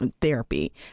therapy